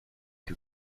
que